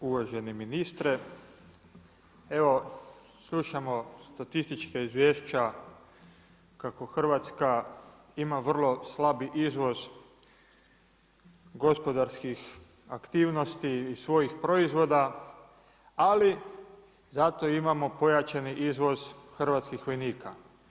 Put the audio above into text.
Uvaženi ministre, evo slušamo statistička izvješća kako Hrvatska ima vrlo slabi izvoz gospodarskih aktivnosti svojih proizvoda, ali zato imamo pojačani izvoz hrvatskih vojnika.